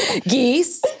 geese